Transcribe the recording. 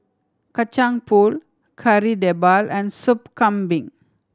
Kacang Pool Kari Debal and Soup Kambing